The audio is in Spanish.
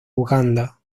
uganda